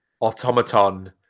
automaton